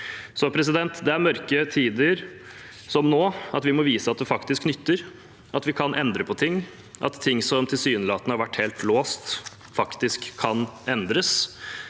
stemmes ned. Det er i mørke tider som nå at vi må vise at det faktisk nytter, at vi kan endre på ting, at ting som tilsynelatende har vært helt låst, faktisk kan endres.